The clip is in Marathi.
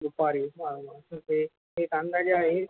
दुपारी ब ते एक अंदाजे आहे